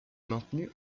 maintenu